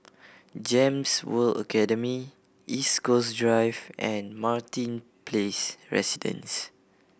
GEMS World Academy East Coast Drive and Martin Place Residence